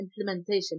implementation